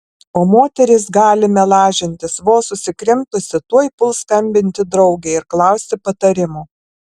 o moteris galime lažintis vos susikrimtusi tuoj puls skambinti draugei ir klausti patarimo